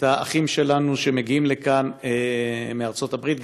האחים שלנו שמגיעים לכאן מארצות הברית,